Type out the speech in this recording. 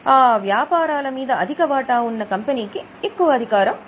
ఆ వ్యాపారాల మీద అధిక వాటా ఉన్న కంపెనీకి ఎక్కువ అధికారం ఉంటుంది